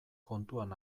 kontuan